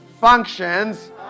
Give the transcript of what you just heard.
functions